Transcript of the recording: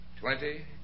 Twenty